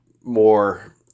more